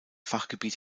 fachgebiet